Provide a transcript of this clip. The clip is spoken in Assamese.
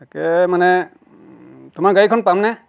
তাকে মানে তোমাৰ গাড়ীখন পামনে